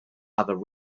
other